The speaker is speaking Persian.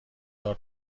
دار